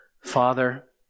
Father